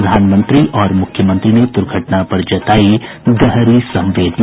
प्रधानमंत्री और मुख्यमंत्री ने दुर्घटना पर जतायी गहरी संवेदना